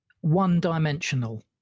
one-dimensional